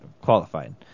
qualified